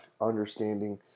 Understanding